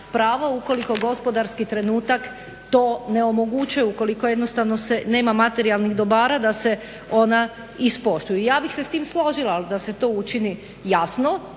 prava ukoliko gospodarski trenutak to ne omogućuje, ukoliko jednostavno se nema materijalnih dobara da se ona ispoštuju. Ja bih se s tim složila, ali da se to učini jasno,